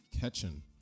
catching